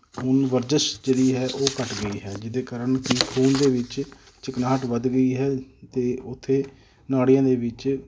ਹੁਣ ਵਰਜ਼ਸ ਜਿਹੜੀ ਹੈ ਉਹ ਘੱਟ ਗਈ ਹੈ ਜਿਹਦੇ ਕਾਰਨ ਕਿ ਖੂਨ ਦੇ ਵਿੱਚ ਚਿਕਨਾਹਟ ਵੱਧ ਗਈ ਹੈ ਅਤੇ ਉੱਥੇ ਨਾੜੀਆਂ ਦੇ ਵਿੱਚ